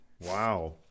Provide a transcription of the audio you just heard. Wow